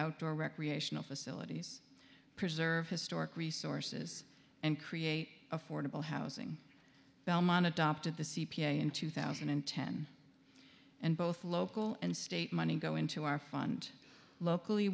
outdoor recreational facilities preserve historic resources and create affordable housing belmont adopted the c p a in two thousand and ten and both local and state money go into our fund locally